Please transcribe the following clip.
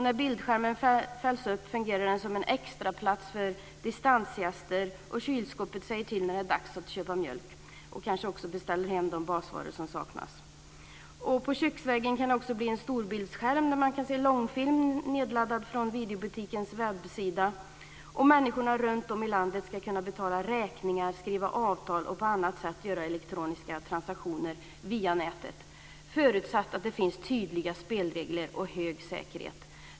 När bildskärmen fälls upp fungerar den som en extraplats för distansgäster, och kylskåpet säger till när det är dags att köpa mjölk. Det kanske också beställer hem de basvaror som saknas. På köksväggen kan det bli en storbildsskärm, där man kan se långfilm nedladdad från videobutikens webbsida. Människorna runtom i landet ska kunna betala räkningar, skriva avtal och göra andra elektroniska transaktioner via nätet, förutsatt att det finns tydliga spelregler och hög säkerhet.